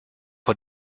vor